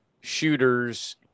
shooters –